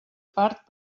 part